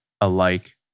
alike